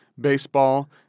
baseball